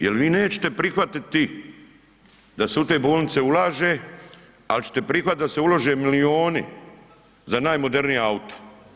Jel vi nećete prihvatiti da se u te bolnice ulaže, ali ćete prihvatiti da se ulože milijuni za najmodernija auta.